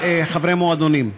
חברי מועדונים.